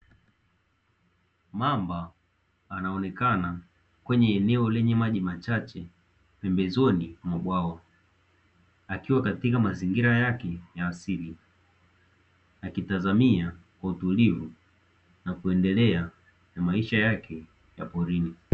Mamba anaonekana kwenye eneo lenye maji machache pembezoni mwa bwawa akiwa katika mazingira yake ya asili, akitazamia kwa utulivu na kuendelea na maisha yake ya porini.